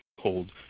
hold